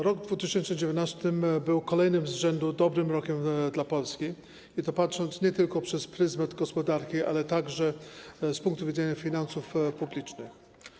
Rok 2019 był kolejnym z rzędu dobrym rokiem dla Polski, i to patrząc nie tylko przez pryzmat gospodarki, ale także z punktu widzenia finansów publicznych.